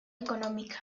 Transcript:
económica